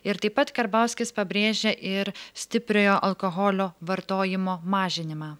ir taip pat karbauskis pabrėžia ir stipriojo alkoholio vartojimo mažinimą